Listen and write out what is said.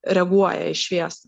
reaguoja į šviesą